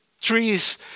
trees